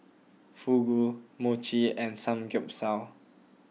Fugu Mochi and Samgyeopsal